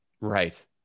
right